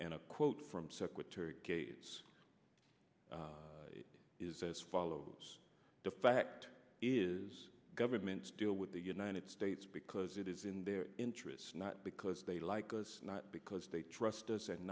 and a quote from secretary gates is as follows the fact is governments deal with the united states because it is in their interests not because they like us not because they trust us and